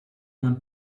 man